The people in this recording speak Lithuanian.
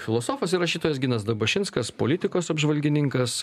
filosofas ir rašytojas ginas dabašinskas politikos apžvalgininkas